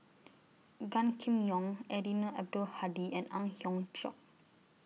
Gan Kim Yong Eddino Abdul Hadi and Ang Hiong Chiok